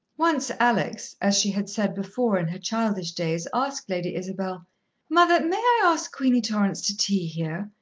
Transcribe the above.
once alex, as she had said before in her childish days, asked lady isabel mother, may i ask queenie torrance to tea here?